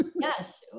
Yes